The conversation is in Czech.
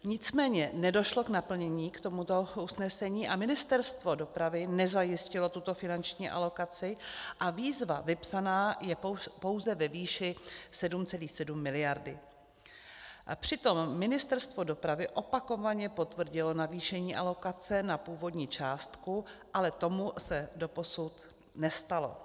Nicméně nedošlo k naplnění tohoto usnesení a Ministerstvo dopravy nezajistilo tuto finanční alokaci a výzva vypsaná je pouze ve výši 7,7 mld. Přitom Ministerstvo dopravy opakovaně potvrdilo navýšení alokace na původní částku, ale to se doposud nestalo.